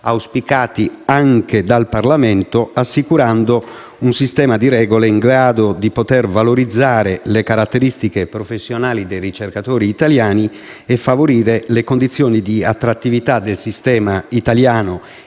auspicati anche dal Parlamento, assicurando un sistema di regole in grado di valorizzare le caratteristiche professionali dei ricercatori italiani e favorire le condizioni di attrattività del sistema italiano